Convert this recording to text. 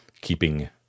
keeping